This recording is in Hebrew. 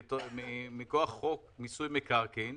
הוא ניתן מכוח חוק מיסוי מקרקעין.